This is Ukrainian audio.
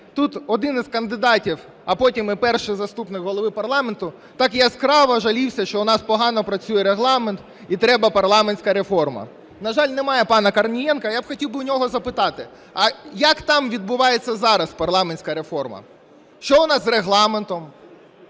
тут один із кандидатів, а потім і Перший заступник Голови парламенту, так яскраво жалівся, що в нас погано працює Регламент і треба парламентська реформа. На жаль, немає пана Корнієнка, я хотів би в нього запитати, а як там відбувається зараз парламентська реформа? Що у нас з Регламентом